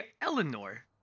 Eleanor